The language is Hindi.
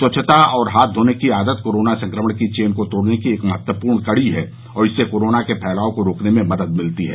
स्वच्छता और हाथ धोने के आदत कोरोना संक्रमण की चेन को तोड़ने की एक महत्वपूर्ण कड़ी है और इससे कोरोना के फैलाव को रोकने में मदद मिलती है